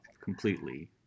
completely